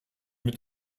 mit